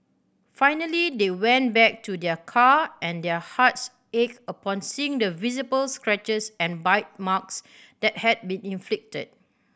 finally they went back to their car and their hearts ached upon seeing the visible scratches and bite marks that had been inflicted